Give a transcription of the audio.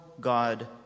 God